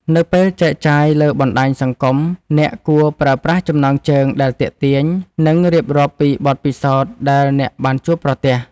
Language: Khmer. នៅពេលចែកចាយលើបណ្ដាញសង្គម អ្នកគួរប្រើប្រាស់ចំណងជើងដែលទាក់ទាញ និងរៀបរាប់ពីបទពិសោធន៍ដែលអ្នកបានជួបប្រទះ។